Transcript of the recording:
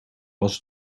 was